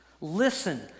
listen